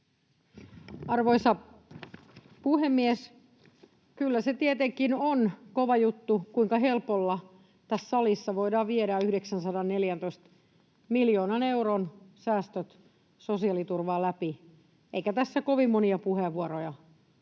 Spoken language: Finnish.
Arvoisa puhemies! Kyllä se tietenkin on kova juttu, kuinka helpolla tässä salissa voidaan viedä läpi 914 miljoonan euron säästöt sosiaaliturvaan. Eikä tässä kovin monia puheenvuoroja